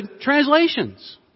translations